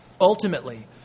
ultimately